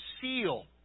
seal